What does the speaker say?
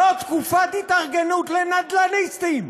זאת תקופת התארגנות לנדל"ניסטים.